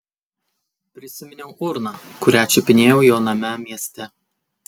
prisiminiau urną kurią čiupinėjau jo name mieste